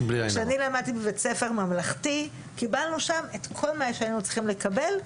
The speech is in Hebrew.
כשאני למדתי בבית ספר ממלכתי קיבלנו שם את כל מה שהיינו צריכים לקבל,